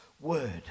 word